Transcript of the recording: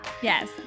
Yes